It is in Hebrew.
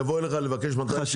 שהם יבואו אליך לבקש 271?